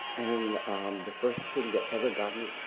and the first thing that ever got me,